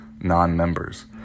non-members